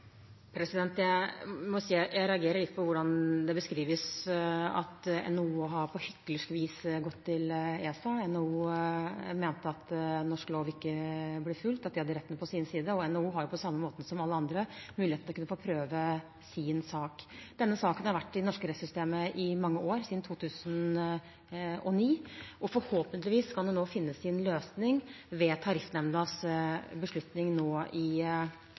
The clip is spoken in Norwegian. Jeg må si at jeg reagerer litt på beskrivelsen at NHO «på hyklersk vis» har gått til ESA. NHO mente at norsk lov ikke ble fulgt, at de hadde retten på sin side. Og NHO har jo på samme måten som alle andre mulighet til å få prøve sin sak. Denne saken har vært i det norske rettssystemet i mange år, siden 2009, og forhåpentligvis kan den nå finne sin løsning ved Tariffnemndas beslutning i